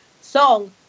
song